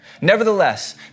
Nevertheless